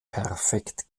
perfekt